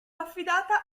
affidata